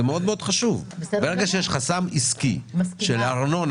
זה מאוד מאוד חשוב: כאשר יש חסם עסקי של ארנונה